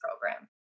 Program